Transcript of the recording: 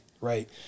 right